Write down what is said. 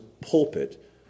pulpit